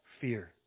fear